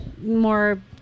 more